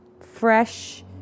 fresh